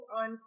on